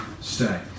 stay